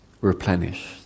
replenished